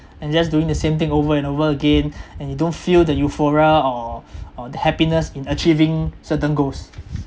and just doing the same thing over and over again and you don't feel the euphoria or or the happiness in achieving certain goals